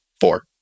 four